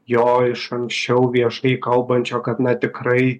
jo iš anksčiau viešai kalbančio kad na tikrai